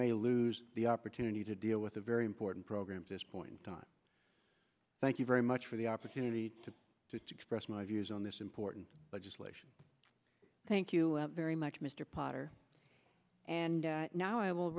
may lose the opportunity to deal with the very important programs this point in time thank you very much for the opportunity to express my views on this important legislation thank you very much mr potter and now i will